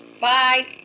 Bye